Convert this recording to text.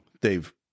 Dave